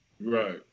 Right